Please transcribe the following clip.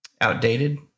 outdated